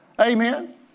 Amen